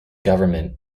government